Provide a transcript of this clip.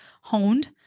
honed